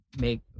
make –